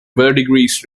verdigris